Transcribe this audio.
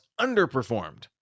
underperformed